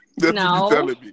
no